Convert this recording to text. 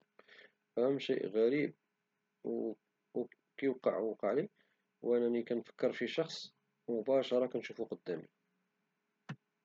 اهم شيئ غريب كيوقع او وقع لي هو انني كنتفكر شي شخص مباشرة كنشوفو قدامي